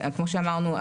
כמו שאמרנו,